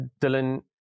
Dylan